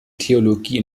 theologie